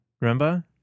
remember